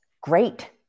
Great